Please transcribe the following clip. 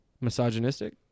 misogynistic